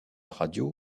radio